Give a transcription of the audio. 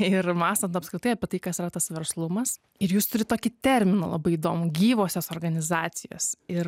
ir mąstant apskritai apie tai kas yra tas verslumas ir jūs turit tokį terminą labai įdomų gyvosios organizacijos ir